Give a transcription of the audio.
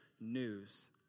news